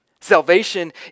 Salvation